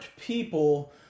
people